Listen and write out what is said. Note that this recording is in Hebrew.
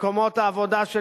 ומקומות העבודה של